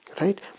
Right